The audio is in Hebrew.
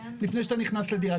לפני שאתה נכנס לדירה.